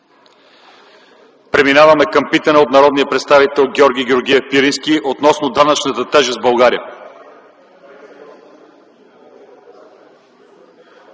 Преминаваме към питане от народния представител Георги Георгиев Пирински относно данъчната тежест в България.